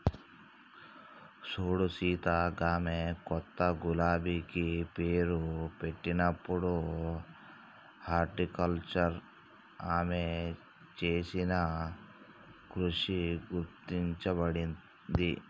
సూడు సీత గామె కొత్త గులాబికి పేరు పెట్టినప్పుడు హార్టికల్చర్ ఆమె చేసిన కృషి గుర్తించబడింది